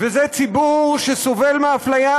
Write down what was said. זה ציבור שסובל מאפליה,